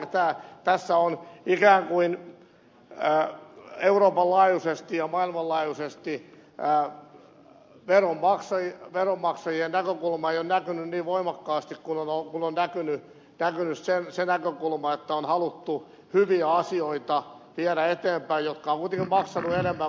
eli tässä ikään kuin euroopan laajuisesti ja maailmanlaajuisesti veronmaksajien näkökulma ei ole näkynyt niin voimakkaasti kuin on näkynyt se näkökulma että on haluttu viedä eteenpäin hyviä asioita jotka ovat kuitenkin maksaneet enemmän kuin mihin valtiolla on ollut varaa